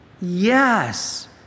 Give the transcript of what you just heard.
Yes